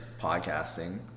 podcasting